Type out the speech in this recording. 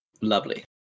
Lovely